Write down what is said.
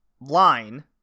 line